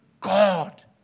God